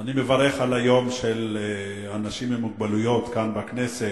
אני מברך על היום של אנשים עם מוגבלויות כאן בכנסת,